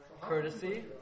courtesy